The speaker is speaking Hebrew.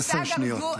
עשר שניות.